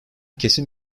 kesin